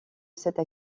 cette